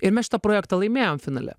ir mes šitą projektą laimėjom finale